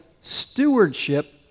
stewardship